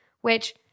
which